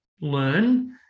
learn